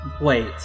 Wait